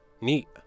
neat